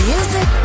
Music